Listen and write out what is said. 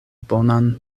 bonan